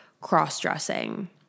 cross-dressing